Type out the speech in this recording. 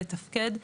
לתפקד,